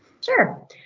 Sure